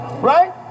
right